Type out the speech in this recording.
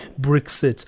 Brexit